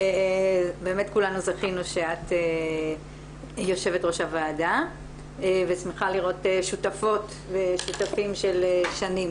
באמת כולנו זכינו שאת יו"ר הוועדה ושמחה לראות שותפות ושותפים של שנים.